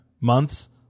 months